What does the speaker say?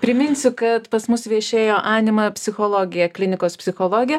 priminsiu kad pas mus viešėjo anima psichologija klinikos psichologė